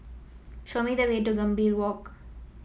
show me the way to Gambir Walk